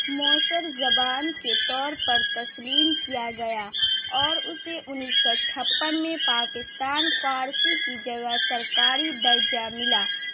موثر زبان کے طور پر تسلیم کیا گیا اور اسے انیس سو چھپن میں پاکستان فارسی کی جگہ سرکاری درجہ ملا